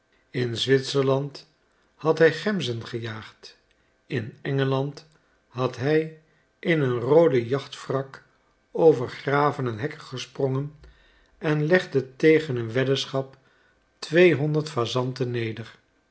in zwitserland had hij gemzen gejaagd in engeland had hij in een rooden jachtfrak over graven en hekken gesprongen en legde tegen een weddenschap tweehonderd fasanten neder